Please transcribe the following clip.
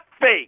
fake